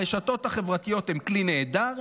הרשתות החברתיות הן כלי נהדר,